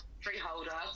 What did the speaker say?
freeholder